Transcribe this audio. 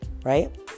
right